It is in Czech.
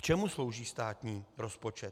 K čemu slouží státní rozpočet?